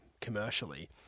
commercially